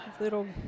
Little